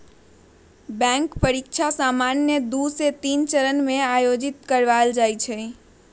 bank परीकछा सामान्य दू से तीन चरण में आयोजित करबायल जाइ छइ